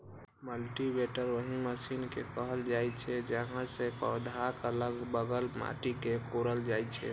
cultivator ओहि मशीन कें कहल जाइ छै, जाहि सं पौधाक अलग बगल माटि कें कोड़ल जाइ छै